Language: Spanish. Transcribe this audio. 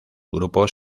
grupos